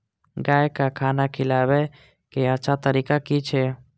गाय का खाना खिलाबे के अच्छा तरीका की छे?